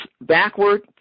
backward